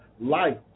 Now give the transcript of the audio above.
life